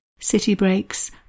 citybreaks